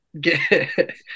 Get